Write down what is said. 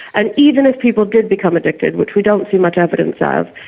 and even if people did become addicted, which we don't see much evidence of,